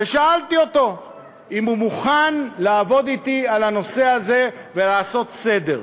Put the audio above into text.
ושאלתי אותו אם הוא מוכן לעבוד אתי על הנושא הזה ולעשות סדר.